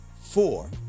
four